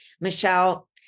Michelle